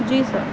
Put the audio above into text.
جی سر